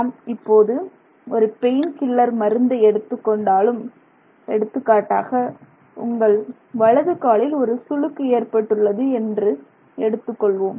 நாம் இப்போது ஒரு பெயின் கில்லர் மருந்தை எடுத்துக்கொண்டாலும் எடுத்துக்காட்டாக உங்கள் வலது காலில் ஒரு சுளுக்கு ஏற்பட்டுள்ளது என்று எடுத்துக்கொள்வோம்